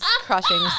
crushing